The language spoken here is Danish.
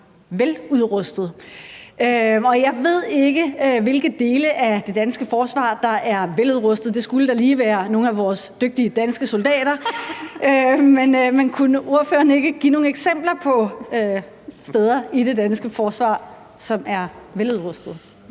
veludrustet, og jeg ved ikke, hvilke dele af det danske forsvar der er veludrustede – det skulle da lige være nogle af vores dygtige danske soldater. Men kunne ordføreren ikke give nogle eksempler på steder i det danske forsvar, som er veludrustede?